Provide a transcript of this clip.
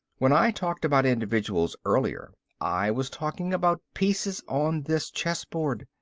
when i talked about individuals earlier i was talking about pieces on this chessboard.